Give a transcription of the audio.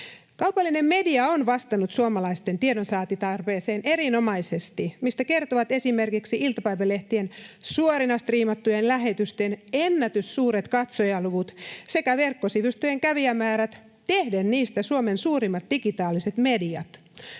Kaupallinen media on vastannut suomalaisten tiedonsaantitarpeeseen erinomaisesti, mistä kertovat esimerkiksi iltapäivälehtien suorina striimattujen lähetysten ennätyssuuret katsojaluvut sekä verkkosivustojen kävijämäärät tehden niistä Suomen suurimmat digitaaliset mediat.